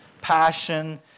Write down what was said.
passion